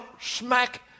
smack